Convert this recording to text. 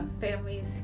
families